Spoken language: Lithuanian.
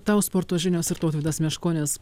tau sporto žinios ir tautvydas meškonis